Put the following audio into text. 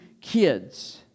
kids